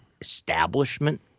establishment